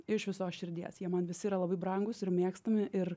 iš visos širdies jie man visi yra labai brangūs ir mėgstami ir